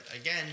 again